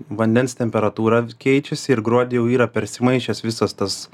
vandens temperatūra keičiasi ir gruodį jau yra persimaišęs visas tas